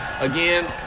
Again